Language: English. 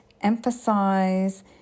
emphasize